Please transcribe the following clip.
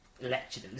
lecture